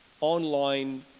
online